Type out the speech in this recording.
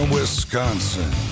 Wisconsin